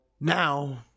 Now